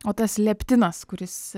o tas leptinas kuris